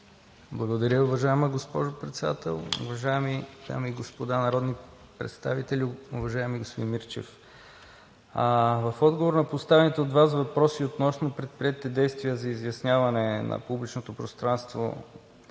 Благодаря, уважаема госпожо Председател. Уважаеми дами и господа народни представители! Уважаеми господин Мирчев, в отговор на поставените от Вас въпроси относно предприетите действия за изясняване на изнесените в публичното пространство